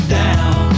down